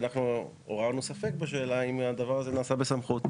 שאנחנו עוררנו ספק בשאלה אם הדבר הזה נעשה בסמכות,